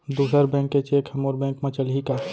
दूसर बैंक के चेक ह मोर बैंक म चलही का?